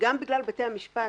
גם בגלל בתי המשפט.